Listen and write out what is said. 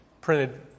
printed